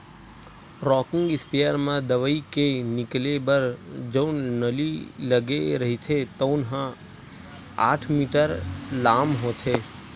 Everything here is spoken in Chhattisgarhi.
रॉकिंग इस्पेयर म दवई के निकले बर जउन नली लगे रहिथे तउन ह आठ मीटर लाम होथे